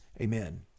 Amen